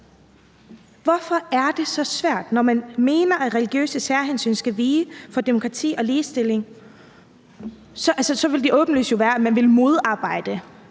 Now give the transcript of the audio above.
Hvorfor er det så svært at svare? Når man mener, at religiøse særhensyn skal vige for demokrati og ligestilling, ville det åbenlyse jo være, at man ville modarbejde,